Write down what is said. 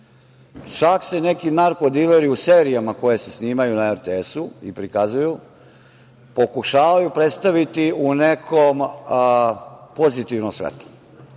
Čak se neki narko dileri u serijama koje se snimaju na RTS i prikazuju pokušavaju predstaviti u nekom pozitivnom svetlu.U